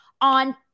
on